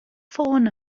ffôn